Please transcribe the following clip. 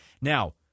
now